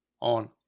on